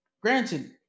Granted